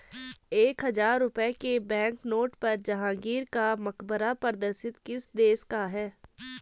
एक हजार रुपये के बैंकनोट पर जहांगीर का मकबरा प्रदर्शित किस देश का है?